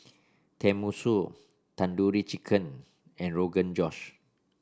Tenmusu Tandoori Chicken and Rogan Josh